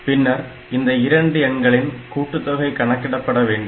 பின்னர் இந்த இரண்டு எண்களின் கூட்டுத்தொகை கணக்கிடப்பட வேண்டும்